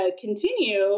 continue